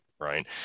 Right